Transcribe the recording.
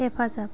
हेफाजाब